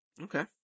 Okay